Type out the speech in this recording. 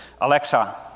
Alexa